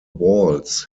walls